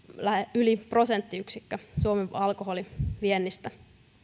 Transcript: yli prosenttiyksikön suomen alkoholiviennistä